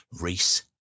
Reese